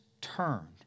turned